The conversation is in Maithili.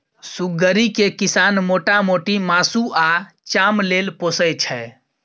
सुग्गरि केँ किसान मोटा मोटी मासु आ चाम लेल पोसय छै